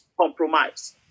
compromise